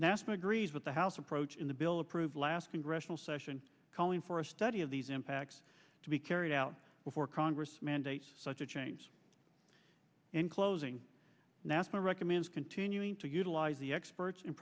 nasa agrees with the house approach in the bill approved last congressional session calling for a study of these impacts to be carried out before congress mandates such a change in closing nasa recommends continuing to utilize the experts in